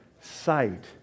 sight